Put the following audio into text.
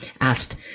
asked